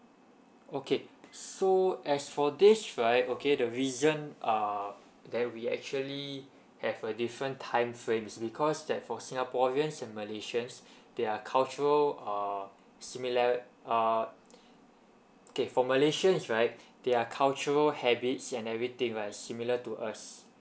okay so as for this right okay the reason uh that we actually have a different time frames because that for singaporeans and malaysians their cultural uh simil~ uh okay for malaysian right their cultural habits and everything right similar to us